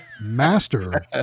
Master